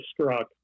struck